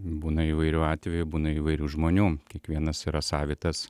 būna įvairių atvejų būna įvairių žmonių kiekvienas yra savitas